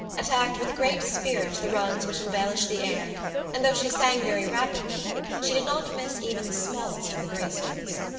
attacked with great spirit the runs which embellish the air and though she sang very rapidly she did not miss even the smallest of the grace notes.